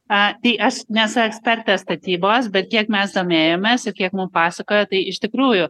a tai aš nesu ekspertė statybos bet kiek mes domėjomės ir kiek mum pasakojo tai iš tikrųjų